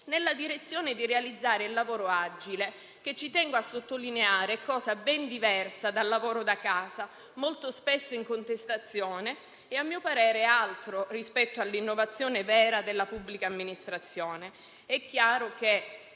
nella direzione di realizzare il lavoro agile, che - tengo a sottolineare - è cosa ben diversa dal lavoro da casa, molto spesso in contestazione e - a mio parere - altro rispetto all'innovazione vera della pubblica amministrazione. È chiaro che